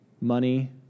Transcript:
money